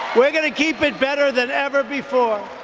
we're going to keep it better than ever before.